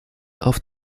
auf